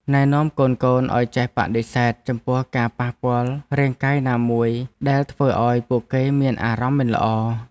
ណែនាំកូនៗឱ្យចេះបដិសេធចំពោះការប៉ះពាល់រាងកាយណាមួយដែលធ្វើឱ្យពួកគេមានអារម្មណ៍មិនល្អ។